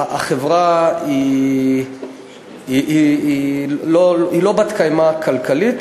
החברה היא לא בת-קיימא כלכלית,